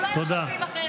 אולי הם חושבים אחרת?